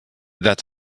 that